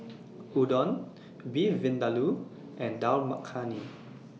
Udon Beef Vindaloo and Dal Makhani